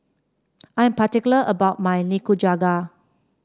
I'm particular about my Nikujaga